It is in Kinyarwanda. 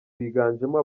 biganjemo